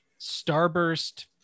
starburst